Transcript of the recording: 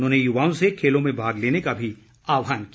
उन्होंने युवाओं से खेलों में भाग लेने का आहवान किया